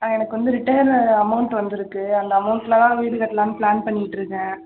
ஆ எனக்கு வந்து ரிட்டையர்டில் அமௌண்ட் வந்திருக்கு அந்த அமௌண்ட்டில் தான் வீடு கட்லான்னு பிளான் பண்ணிட்டிருக்கேன்